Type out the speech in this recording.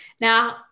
Now